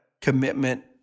commitment